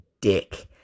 Dick